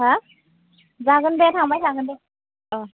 हा जागोन दे थांबाय थागोन दे अ